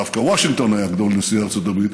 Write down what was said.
דווקא וושינגטון היה גדול נשיאי ארצות הברית,